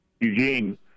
Eugene